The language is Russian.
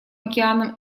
океаном